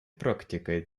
практикой